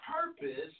purpose